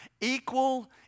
Equal